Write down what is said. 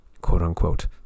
quote-unquote